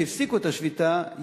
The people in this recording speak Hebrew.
שהפסיקו את השביתה,